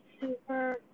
super